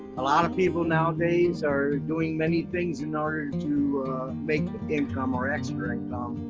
a lot of people nowadays are doing many things in order to make the income or extra and